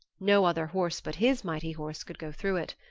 no other horse but his mighty horse could go through it.